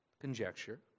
conjecture